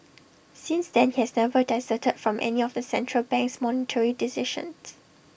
since then he has never dissented from any of the central bank's monetary decisions